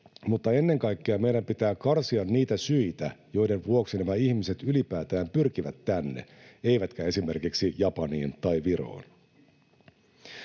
mutta ennen kaikkea meidän pitää karsia niitä syitä, joiden vuoksi nämä ihmiset ylipäätään pyrkivät tänne eivätkä esimerkiksi Japaniin tai Viroon.